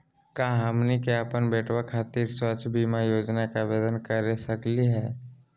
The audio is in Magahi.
का हमनी के अपन बेटवा खातिर स्वास्थ्य बीमा योजना के आवेदन करे सकली हे?